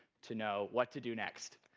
to know what to do next.